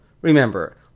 Remember